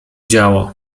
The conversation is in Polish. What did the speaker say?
działo